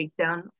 takedown